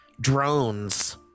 drones